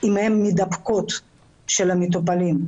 המדבקות של המטופלים.